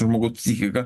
žmogaus psichika